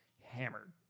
hammered